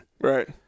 Right